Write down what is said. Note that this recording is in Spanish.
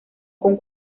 con